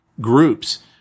groups